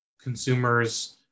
consumers